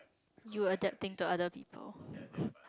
you adapting to other people